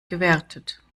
gewertet